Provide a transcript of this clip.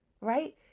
right